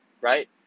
right